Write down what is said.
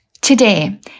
Today